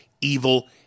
evil